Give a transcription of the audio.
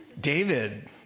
David